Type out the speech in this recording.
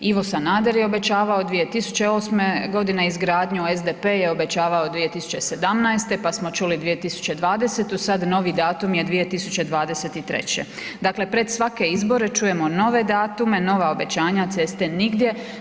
Ivo Sanader je obećavao 2008.g. izgradnju, SDP je obećavao 2017., pa smo čuli 2020., sad novi datum je 2023., dakle, pred svake izbore čujemo nove datume, nova obećanja, a ceste nigdje.